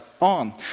on